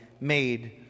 made